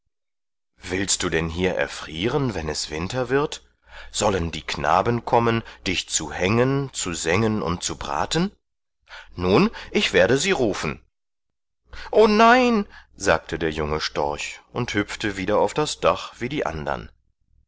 willst du denn hier erfrieren wenn es winter wird sollen die knaben kommen dich zu hängen zu sengen und zu braten nun ich werde sie rufen o nein sagte der junge storch und hüpfte wieder auf das dach wie die andern